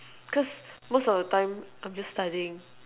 because most of the time I'm just studying